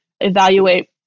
evaluate